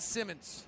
Simmons